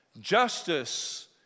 Justice